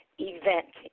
event